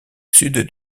sud